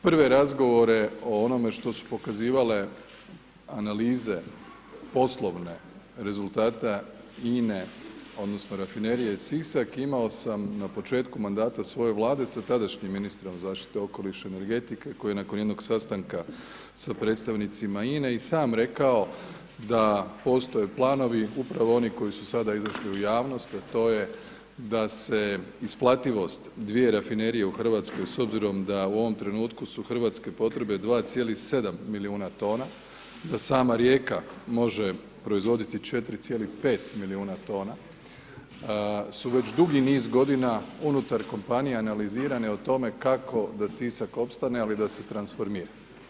Prve razgovore o onome što su pokazivale analize poslovne rezultata INA-e odnosno Rafinerije Sisak, imao sam na početku mandata svoje Vlade sa tadašnjim ministrom zaštite okoliša i energetike koji je nakon jednog sastanka sa predstavnicima INA-e i sam rekao da postoje planovi, upravo oni koji su sada izašli u javnost, a to je da se isplativost dvije Rafinerije u RH s obzirom da ovom trenutku su hrvatske potrebe 2,7 milijuna tona, da sama Rijeka može proizvoditi 4,5 milijuna tona su već dugi niz godina unutar kompanija analizirane o tome kako da Sisak opstane, ali da se transformira.